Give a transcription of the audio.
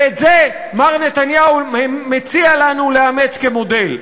ואת זה מר נתניהו מציע לנו לאמץ כמודל.